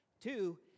Two